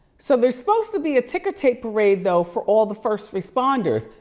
so there's supposed to be a ticker tape parade though for all the first responders.